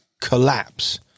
Collapse